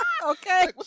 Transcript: Okay